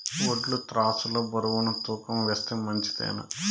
వడ్లు త్రాసు లో బరువును తూకం వేస్తే మంచిదేనా?